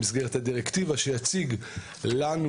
במסגרת הדירקטיבה שיציג לנו,